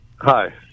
Hi